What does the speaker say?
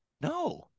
No